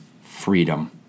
freedom